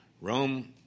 Rome